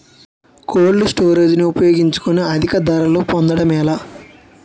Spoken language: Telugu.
కోల్డ్ స్టోరేజ్ ని ఉపయోగించుకొని అధిక ధరలు పొందడం ఎలా?